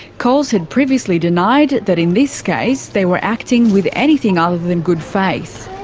coles had previously denied that in this case they were acting with anything other than good faith.